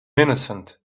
innocent